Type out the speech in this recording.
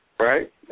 Right